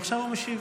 עכשיו הוא משיב.